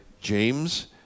James